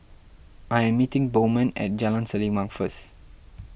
I am meeting Bowman at Jalan Selimang first